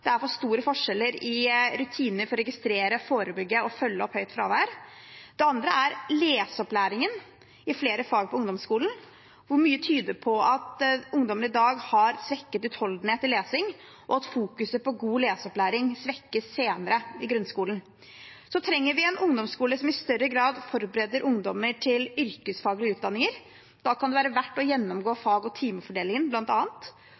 Det er for store forskjeller i rutiner for å registrere, forebygge og følge opp høyt fravær. Det andre er leseopplæringen i flere fag på ungdomsskolen, hvor mye tyder på at ungdommen i dag har svekket utholdenhet i lesing, og at fokuset på god leseopplæring svekkes senere i grunnskolen. Så trenger vi en ungdomsskole som i større grad forbereder ungdommer til yrkesfaglige utdanninger. Da kan det være verdt å gjennomgå